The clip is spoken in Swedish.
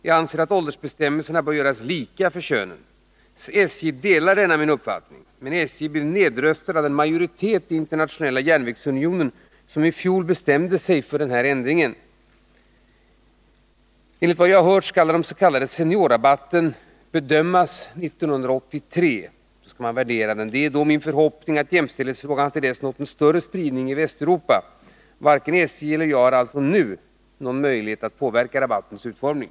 Jag anser att åldersbestämmelserna bör göras lika för könen. Statens järnvägar delar min uppfattning. SJ blev dock nedröstat av den majoritet i internationella järnvägsunionen som i fjol bestämde sig för denna ändring. Enligt vad jag erfarit skall dens.k. seniorrabatten utvärderas 1983. Det är min förhoppning att jämställdhetsfrågan till dess fått en större spridning i Västeuropa. Varken SJ eller jag har alltså nu någon möjlighet att påverka rabattens utformning.